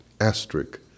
asterisk